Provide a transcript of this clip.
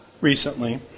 recently